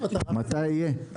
מתי יהיה?